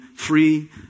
Free